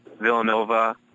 Villanova